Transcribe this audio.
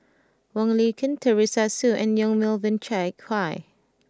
Wong Lin Ken Teresa Hsu and Yong Melvin Yik Chye